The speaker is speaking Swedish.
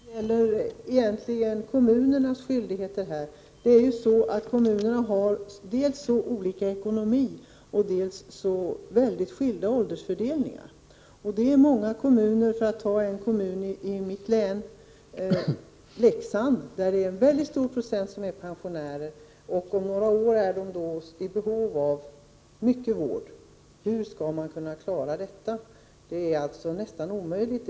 Herr talman! Min replik gäller kommunernas skyldigheter. Kommunerna har dels olika ekonomi och dels mycket skilda åldersfördelningar. Det är många kommuner, t.ex. i mitt hemlän kommunen Leksand, som har en stor andel pensionärer. Om några år är dessa i behov av mycket vård. Hur skall kommunen klara detta? Det är nästan omöjligt.